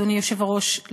אדוני היושב-ראש,